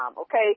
okay